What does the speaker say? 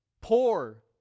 poor